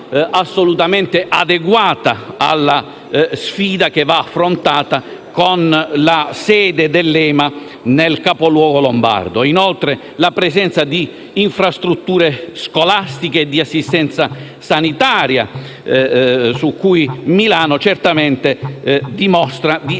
assolutamente adeguata alla sfida che va affrontata con la sede dell'EMA nel capoluogo lombardo. Vi è inoltre la presenza di infrastrutture scolastiche e di assistenza sanitaria, riguardo alle quali Milano certamente dimostra di